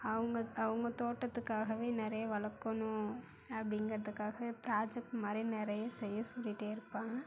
அவங்க அவங்க தோட்டத்துக்காகவே நிறைய வளர்க்கணும் அப்படிங்கிறதுக்காக ப்ராஜெக்ட் மாதிரி நிறைய செய்ய சொல்லிகிட்டே இருப்பாங்க